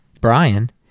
Brian